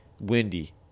windy